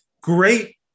great